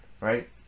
right